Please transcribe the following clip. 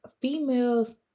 females